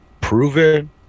proven